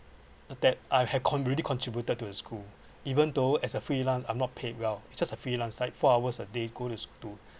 that I've had con~ already contributed to a school even though as a freelance I'm not paid well it's just a freelancer four hours a day go to school to